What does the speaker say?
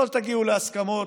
לא תגיעו להסכמות,